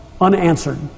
unanswered